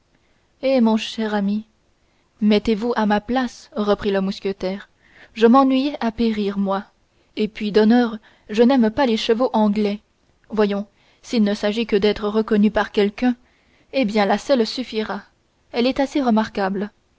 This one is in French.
eh mon cher ami mettez-vous à ma place reprit le mousquetaire je m'ennuyais à périr moi et puis d'honneur je n'aime pas les chevaux anglais voyons s'il ne s'agit que d'être reconnu par quelqu'un eh bien la selle suffira elle est assez remarquable